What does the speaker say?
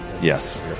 Yes